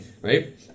right